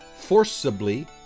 forcibly